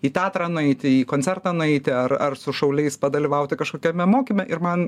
į teatrą nueiti į koncertą nueiti ar ar su šauliais padalyvauti kažkokiame mokyme ir man